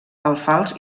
alfals